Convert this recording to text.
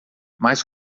mais